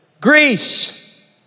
Greece